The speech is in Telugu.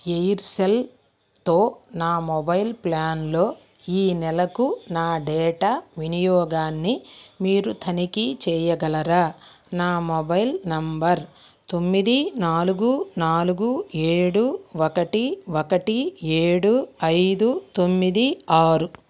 ఎయిర్సెల్తో నా మొబైల్ ప్లాన్లో ఈ నెలకు నా డేటా వినియోగాన్ని మీరు తనిఖీ చేయగలరా నా మొబైల్ నంబర్ తొమ్మిది నాలుగు నాలుగు ఏడు ఒకటి ఒకటి ఏడు ఐదు తొమ్మిది ఆరు